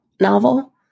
novel